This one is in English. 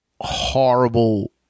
horrible